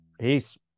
Peace